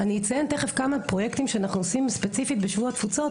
אני אציין תיכף כמה פרויקטים שאנחנו עושים ספציפית בשבוע התפוצות,